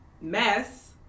mess